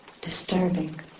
disturbing